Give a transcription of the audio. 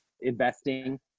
investing